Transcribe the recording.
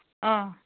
অঁ